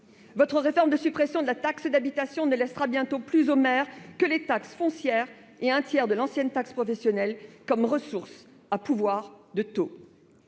Votre réforme de suppression de la taxe d'habitation ne laissera bientôt plus aux maires que les taxes foncières et un tiers de l'ancienne taxe professionnelle comme ressources à pouvoir de taux.